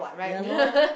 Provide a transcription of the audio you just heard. ya lor